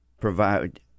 provide